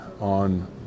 on